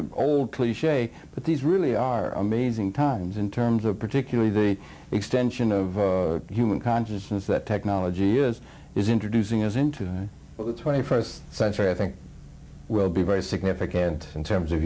an old cliche but these really are amazing times in terms of particularly the extension of human consciousness that technology is is introducing is into the twenty first century i think will be very significant in terms of